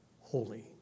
holy